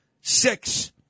Six